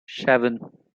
seven